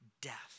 death